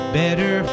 better